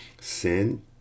Sin